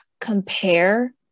compare